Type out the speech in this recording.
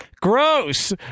Gross